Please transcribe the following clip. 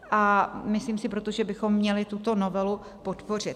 A myslím si proto, že bychom měli tuto novelu podpořit.